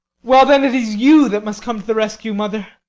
well then, it is you that must come to the rescue, mother.